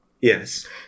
Yes